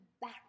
back